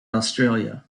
australia